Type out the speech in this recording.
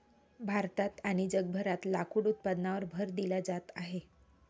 भारतात आणि जगभरात लाकूड उत्पादनावर भर दिला जात आहे